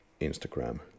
Instagram